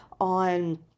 on